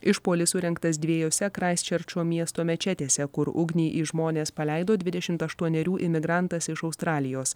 išpuolis surengtas dviejose kraiščerčo miesto mečetėse kur ugnį į žmones paleido dvidešimt aštuonerių imigrantas iš australijos